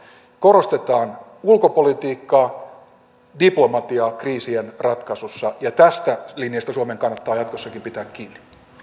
korostetaan ulkopolitiikkaa diplomatiaa kriisien ratkaisussa ja tästä linjasta suomen kannattaa jatkossakin pitää kiinni